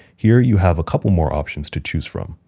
here you have a couple more options to choose from.